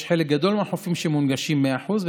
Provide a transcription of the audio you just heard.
חלק גדול מהחופים מונגשים במאה אחוז,